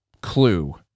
clue